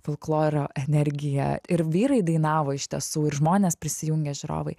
folkloro energiją ir vyrai dainavo iš tiesų ir žmonės prisijungė žiūrovai